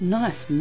nice